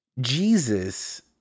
Jesus